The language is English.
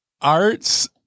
Arts